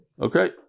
Okay